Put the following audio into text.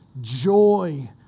joy